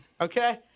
Okay